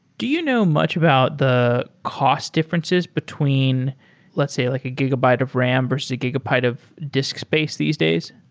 do you know much about the cost differences between let's say like a gigabyte of ram versus a gigabyte of disk space these days?